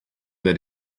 that